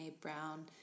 Brown